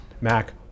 mac